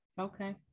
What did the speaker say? okay